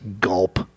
gulp